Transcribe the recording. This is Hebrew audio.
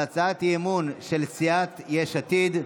על הצעת האי-אמון של סיעת יש עתיד.